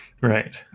right